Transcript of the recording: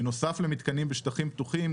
בנוסף למתקנים בשטחים פתוחים,